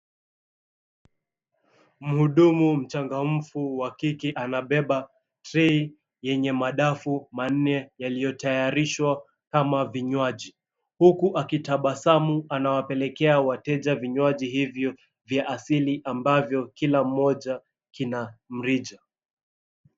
Mhudumu mchangamfu wa kike anabeba tray yenye madafu manne yaliyotayarishwa kama vinywaji huku akitabasamu anawapelekea wateja vinywaji hivyo vya asili ambavyo kila mmoja kina mrija.